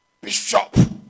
bishop